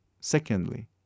Secondly